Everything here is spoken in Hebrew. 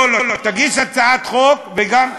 לא לא לא, תגיש הצעת חוק וגם,